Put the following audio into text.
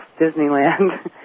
Disneyland